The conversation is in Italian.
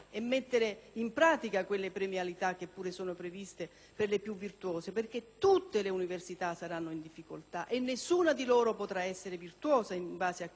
in pratica quelle premialità che pure sono previste per le più virtuose, perché tutte le università saranno in difficoltà e nessuna di loro potrà essere virtuosa in base a quei criteri.